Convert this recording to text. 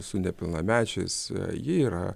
su nepilnamečiais ji yra